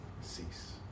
cease